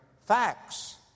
facts